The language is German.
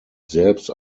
selbst